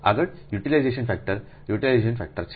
આગળ utilization factor utilization factor છે